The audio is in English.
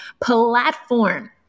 platform